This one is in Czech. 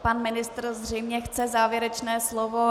Pan ministr zřejmě chce závěrečné slovo.